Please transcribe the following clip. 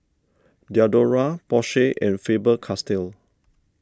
Diadora Porsche and Faber Castell